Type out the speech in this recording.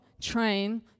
train